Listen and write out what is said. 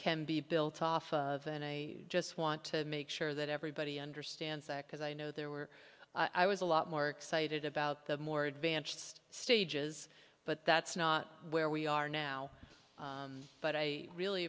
can be built off of and i just want to make sure that everybody understands that because i know there were i was a lot more excited about the more advanced stages but that's not where we are now but i really